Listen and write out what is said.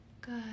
Good